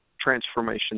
transformation